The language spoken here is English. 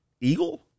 Eagle